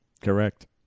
Correct